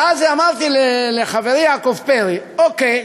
ואז אמרתי לחברי יעקב פרי: אוקיי,